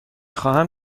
خواهم